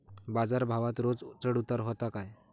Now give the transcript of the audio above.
बाजार भावात रोज चढउतार व्हता काय?